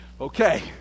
Okay